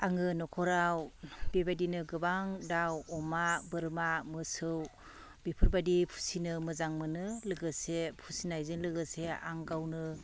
आङो न'खराव बेबायदिनो गोबां दाउ अमा बोरमा मोसौ बेफोरबादि फिसिनो मोजां मोनो लोगोसे फिसिनायजों लोगोसे आं गावनो